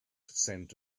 scent